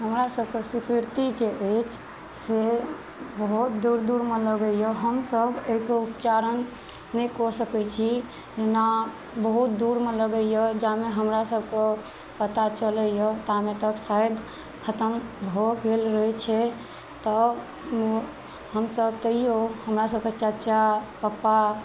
हमरा सबके समिति जे अछि से बहुत दूर दूरमे लगैया हमसब एहिके उच्चारण नहि कऽ सकैत छी जेना बहुत दूरमे लगैया जाबैतमे हमरा सबके पता चलैया ताबे तक शायद खत्म भऽ गेल रहै छै त हमसब तैयो हमरा सबके चाचा पप्पा